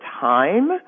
time